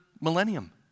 millennium